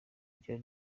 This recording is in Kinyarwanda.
ryo